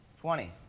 Twenty